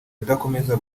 kudakomeza